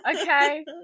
Okay